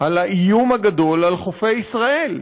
על האיום הגדול על חופי ישראל,